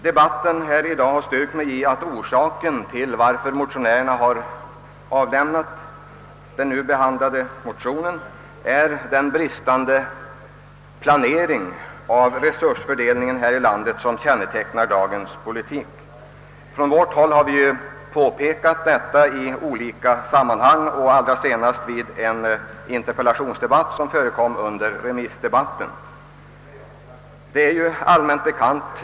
Den här förda debatten har styrkt mig i min uppfattning att orsaken till att motionärerna avlämnat den nu behandlade motionen är den bristande planeringen av resursfördelningen i vårt land, som kännetecknar regeringens politik. Från vårt håll har vi ju påpekat detta i olika sammanhang och allra senast i den interpellationsdebatt om bostadsfrågorna, som ägde rum i samband med remissdebatten.